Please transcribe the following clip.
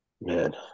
man